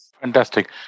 Fantastic